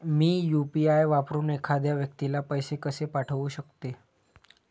मी UPI वापरून एखाद्या व्यक्तीला पैसे कसे पाठवू शकते?